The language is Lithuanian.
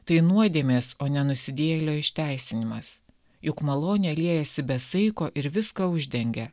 tai nuodėmės o ne nusidėjėlio išteisinimas juk malonė liejasi be saiko ir viską uždengia